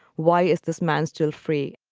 why is this man still free?